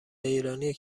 ایرانی